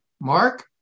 Mark